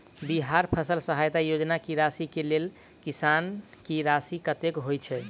बिहार फसल सहायता योजना की राशि केँ लेल किसान की राशि कतेक होए छै?